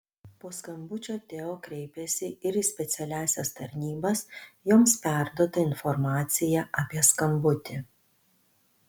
po skambučio teo kreipėsi ir į specialiąsias tarnybas joms perduota informacija apie skambutį